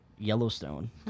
Yellowstone